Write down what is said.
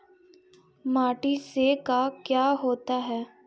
माटी से का क्या होता है?